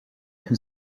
who